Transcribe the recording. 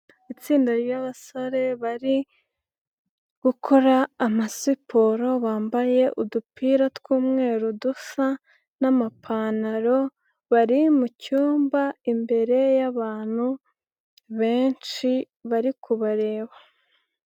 Itsinda rya'basore bari gukora amasiporo bambaye udupira tw'umweru dusa n'amapantaro, bari mucyumba imbere y'abantu benshi bari kubareba.